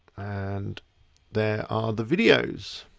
and there are the videos.